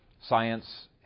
Science